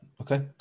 Okay